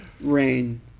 Rain